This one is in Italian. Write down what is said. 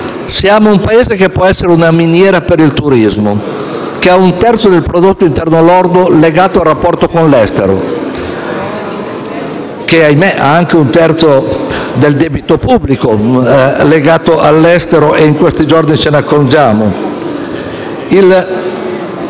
Siamo un Paese che può essere una miniera per il turismo, che ha un terzo del prodotto interno lordo legato al rapporto con l'estero e che - ahimè - ha anche un terzo del debito pubblico legato all'estero, e in questi giorni ce ne stiamo